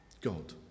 God